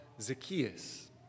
Zacchaeus